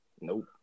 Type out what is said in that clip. nope